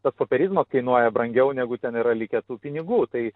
tas popierizmas kainuoja brangiau negu ten yra likę tų pinigų tai